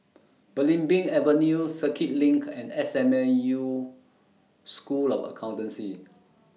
Belimbing Avenue Circuit LINK and S M U School of Accountancy